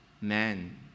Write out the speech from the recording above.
man